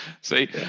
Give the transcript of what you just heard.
See